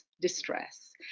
distress